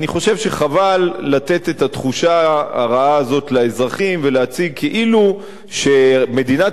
אני חושב שחבל לתת את התחושה הרעה הזאת לאזרחים ולהציג כאילו מדינת